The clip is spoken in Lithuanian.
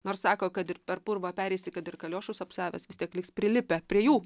nors sako kad ir per purvą pereisi kad ir kaliošus apsiavęs vis tiek liks prilipę prie jų